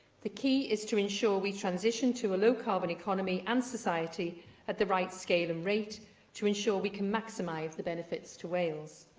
the key is to ensure we transition to a low-carbon economy and society at the right scale and rate to ensure we can maximise the benefits to wales.